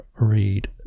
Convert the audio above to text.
read